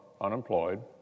unemployed